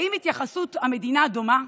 האם התייחסות המדינה דומה?